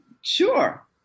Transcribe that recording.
sure